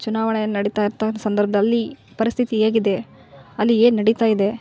ಚುನಾವಣೆ ನಡೀತಾ ಇರ್ತ ಸಂದರ್ಭದಲ್ಲಿ ಪರಿಸ್ಥಿತಿ ಹೇಗಿದೆ ಅಲ್ಲಿ ಏನು ನಡೀತಾ ಇದೆ